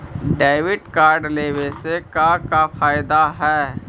Debit card लेवे से का का फायदा है?